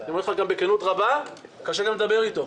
אני אומר לך בכנות רבה, קשה גם לדבר איתו.